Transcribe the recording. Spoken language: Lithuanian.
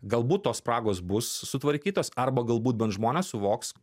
galbūt tos spragos bus sutvarkytos arba galbūt bent žmonės suvoks